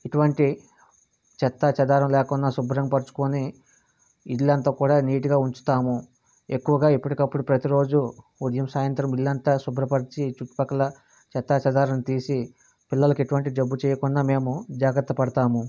ఎటువంటి చెత్తా చెదారం లేకుండా శుభ్రం పరుచుకోని ఇల్లంతా కూడా నీట్గా ఉంచుతాము ఎక్కువగా ఎప్పటికి అప్పుడు ప్రతిరోజూ ఉదయం సాయంత్రం ఇల్లంతా శుభ్రపరిచి చుట్టుపక్కల చెత్తా చెదారం తీసి పిల్లలకు ఎటువంటి జబ్బు చేయకుండా మేము జాగ్రత్త పడుతాము